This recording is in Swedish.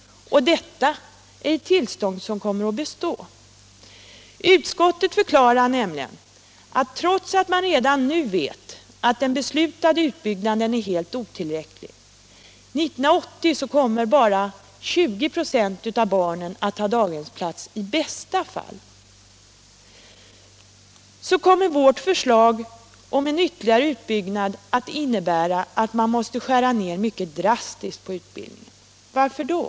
Och detta är ett tillstånd som kommer att bestå! Utskottet förklarar nämligen att trots att man redan nu vet att den beslutade utbyggnaden är otillräcklig — år 1980 kommer bara 20 96 av barnen att ha daghemsplatser, i bästa fall — kommer vårt förslag om en ytterligare utbyggnad att innebära att man måste skära ner mycket drastiskt på utbildningen. Varför då?